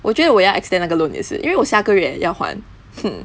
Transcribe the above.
我觉得我要 extend 那个 loan 也是因为我下个月要还 hmm